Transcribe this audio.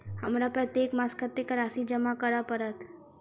हमरा प्रत्येक मास कत्तेक राशि जमा करऽ पड़त?